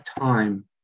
time